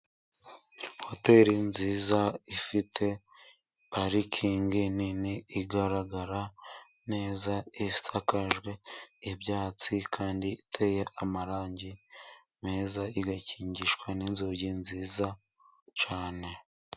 Hoteri nziza ifite parikingi nini, igaragara neza, isakajwe ibyatsi kandi iteye amarangi meza, igakingishwa n'inzugi nziza cyane.